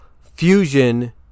fusion